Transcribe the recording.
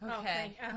Okay